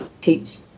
teach